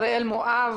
אריאל מואב,